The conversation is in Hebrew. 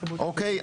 (ו1),